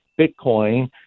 Bitcoin